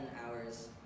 hours